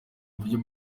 uburyo